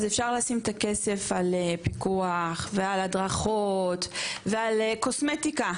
אז אפשר לשים את הכסף על פיקוח ועל הדרכות ועל קוסמטיקה,